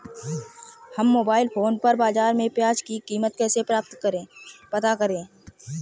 हम mobile phone पर बाज़ार में प्याज़ की कीमत कैसे पता करें?